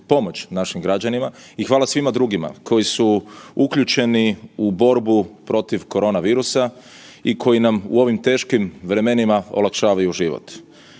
pomoć našim građanima i hvala svima drugima koji su uključeni u borbu protiv korona virusa i koji nam u ovim teškim vremenima olakšavaju život.